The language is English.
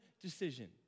decision